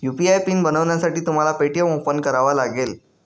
UPI PIN बनवण्यासाठी तुम्हाला Paytm open करावा लागेल